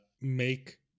make